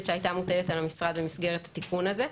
שהייתה מוטלת על המשרד במסגרת התיקון הזה.